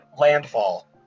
Landfall